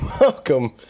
welcome